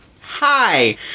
Hi